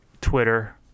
Twitter